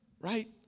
Right